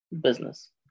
business